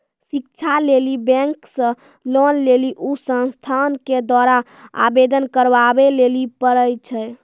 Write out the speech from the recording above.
शिक्षा लेली बैंक से लोन लेली उ संस्थान के द्वारा आवेदन करबाबै लेली पर छै?